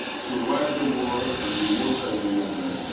survive the war and be multimillionaire.